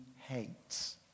hates